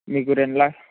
మీకు రెండు లక్ష